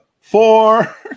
four